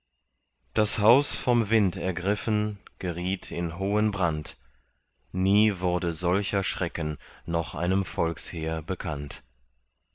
das haus vom wind ergriffen geriet in hohen brand nie wurde solcher schrecken noch einem volksheer bekannt